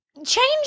Change